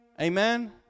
Amen